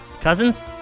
Cousins